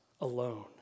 alone